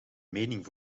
mening